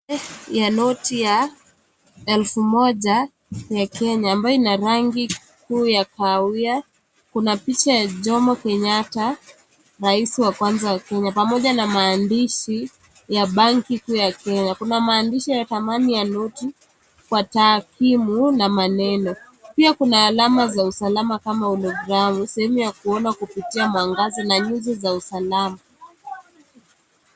Ya noti ya elfu moja ya kenya ambayo ina rangi kuu ya kahawia ,kuna picha ya Jomo Kenyatta rais wa kwanza wa kenya pamoja na maandishi ya banki kuu ya Kenya. Kuna maandishi ya dhamani ya noti kwa tarakimu na maneno , pia kuna alama za usalama kama hologramu sehemu ya kuona kupitia mwangaza na nyuzi za usalama.